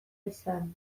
izan